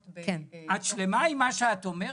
את שלמה עם מה שאת אומרת,